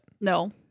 No